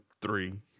three